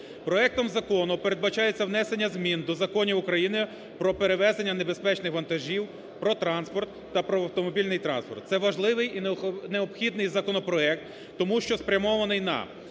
Проектом закону передбачається внесення змін до Законів України про перевезення небезпечних вантажів про транспорт та про автомобільний транспорт. Це важливий і необхідний законопроект, тому що спрямований на: